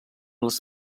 les